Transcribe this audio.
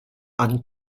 anne